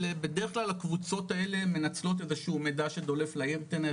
אבל בדרך כלל הקבוצות האלה מנצלות איזשהו מידע שדולף לאינטרנט,